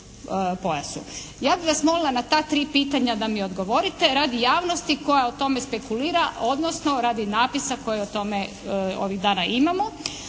Ja bih vas molila na ta tri pitanja da mi odgovorite radi javnosti koja o tome spekulira, odnosno radi napisa koji o tome ovih dana imamo,